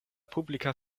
publika